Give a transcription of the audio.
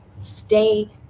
stay